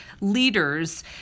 leaders